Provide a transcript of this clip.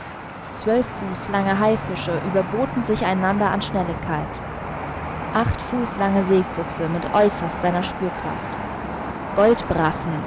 zwölf fuß lange haifische überboten sich einander an schnelligkeit acht fuß lange seefüchse mit äußerst seiner spürkraft